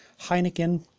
Heineken